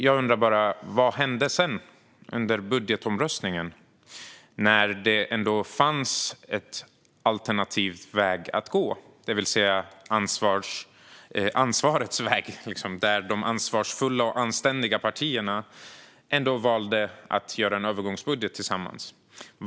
Jag undrar: Vad hände sedan under budgetomröstningen? Det fanns ändå en alternativ väg att gå, ansvarets väg så att säga, där de ansvarsfulla och anständiga partierna valde att göra en övergångsbudget tillsammans.